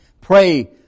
Pray